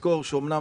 אומנם